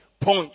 punch